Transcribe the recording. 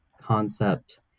concept